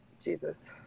Jesus